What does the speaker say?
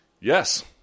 Yes